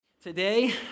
Today